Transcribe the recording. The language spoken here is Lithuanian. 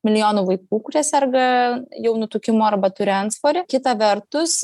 milijonų vaikų kurie serga jau nutukimu arba turi antsvorį kita vertus